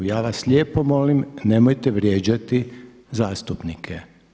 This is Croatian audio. Ja vas lijepo molim nemojte vrijeđati zastupnike.